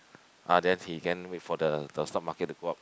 ah then he can wait for the the stock market to go up